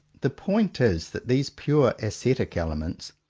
the point is that these pure ascetic elements,